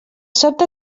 sobte